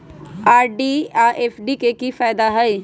RD आ FD के कि फायदा हई?